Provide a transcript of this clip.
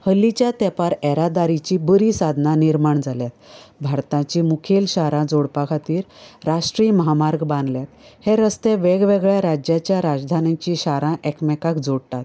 हल्लिच्या तेंपार येरादारिची बरी सादनां निर्माण जाल्यात भारताची मुखेल शारां जोडपा खातीर राष्ट्रीय महामार्ग बांदल्यात हे रस्त्ये वेगवेगळ्या राज्यांच्या राजधानिचीं शारां एकामेकांक जोडटात